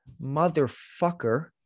motherfucker